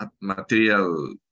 material